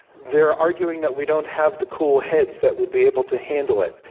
they're arguing that we don't have the cool heads that would be able to handle it.